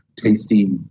tasty